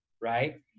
right